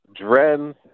Dren